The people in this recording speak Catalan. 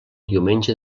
diumenge